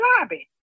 lobby